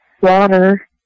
water